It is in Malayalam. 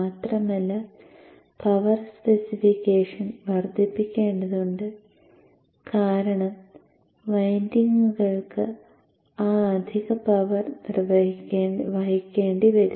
മാത്രമല്ല പവർ സ്പെസിഫിക്കേഷൻ വർദ്ധിപ്പിക്കേണ്ടതുണ്ട് കാരണം വൈൻഡിംഗുകൾക്ക് ആ അധിക പവർ വഹിക്കേണ്ടിവരും